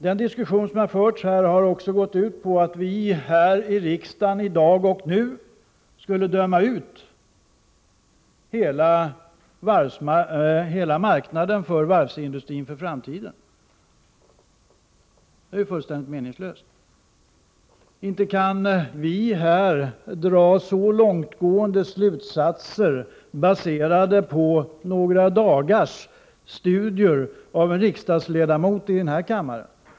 Den diskussion som förts här har också gått ut på att vi i riksdagen i dag och nu skulle döma ut hela marknaden för varvsindustrin för framtiden. Det är fullständigt meningslöst! Inte kan vi här dra så långtgående slutsatser, baserade på några dagars studier som gjorts av en riksdagsledamot!